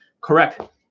Correct